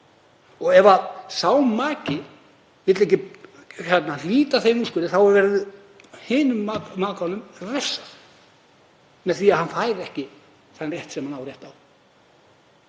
Og ef sá maki vill ekki hlíta þeim úrskurði þá verður hinum makanum refsað með því að hann fær ekki það sem hann á rétt á.